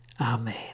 Amen